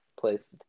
place